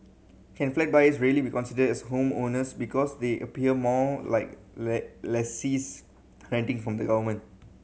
can flat buyers really be considered as homeowners because they appear more like lessees renting from the government